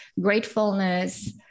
gratefulness